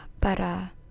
para